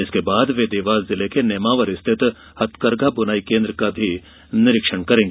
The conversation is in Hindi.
इसके बाद वे देवास जिले के नेमावर रिथित हथकरघा बुनाई केन्द्र का निरीक्षण करेंगी